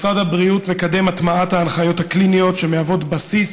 משרד הבריאות מקדם הטמעת ההנחיות הקליניות שמהוות בסיס